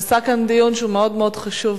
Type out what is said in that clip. נעשה כאן דיון שהוא מאוד מאוד חשוב.